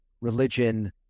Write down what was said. religion